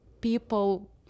people